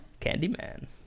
Candyman